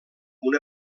una